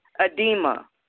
edema